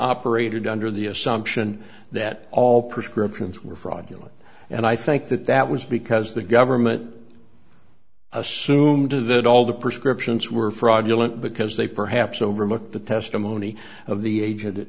operated under the assumption that all prescriptions were fraudulent and i think that that was because the government assumed to that all the prescriptions were fraudulent because they perhaps overlooked the testimony of the age